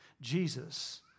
Jesus